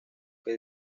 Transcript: que